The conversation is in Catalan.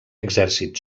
exèrcit